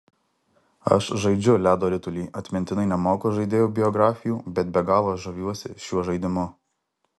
aš žaidžiu ledo ritulį atmintinai nemoku žaidėjų biografijų bet be galo žaviuosi šiuo žaidimu